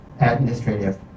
administrative